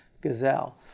gazelle